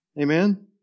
Amen